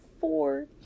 four